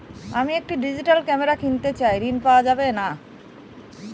আমি একটি digital camera কিনতে চাই ঝণ পাওয়া যাবে?